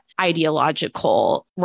ideological